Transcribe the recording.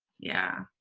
yeah,